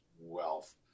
wealth